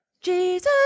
jesus